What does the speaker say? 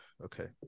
okay